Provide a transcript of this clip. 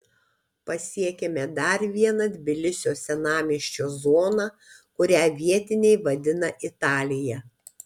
pasiekėme dar vieną tbilisio senamiesčio zoną kurią vietiniai vadina italija